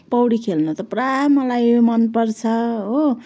पौडी खेल्न त पुरा मलाई मनपर्छ हो